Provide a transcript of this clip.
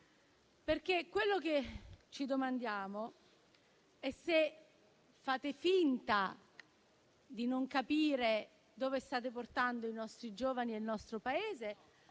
Quello che ci domandiamo, infatti, è se fate finta di non capire dove state portando i nostri giovani e il nostro Paese